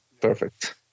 Perfect